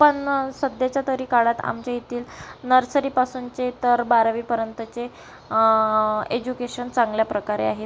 पण सध्याच्या तरी काळात आमच्यायेथील नर्सरीपासूनचे तर बारावीपर्यंतचे एज्युकेशन चांगल्याप्रकारे आहे